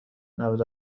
نود